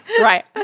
right